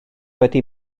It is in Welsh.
wedi